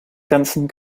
ganzen